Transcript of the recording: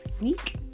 week